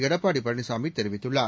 எடப்பாடி பழனிசாமி தெரிவித்துள்ளார்